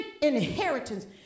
inheritance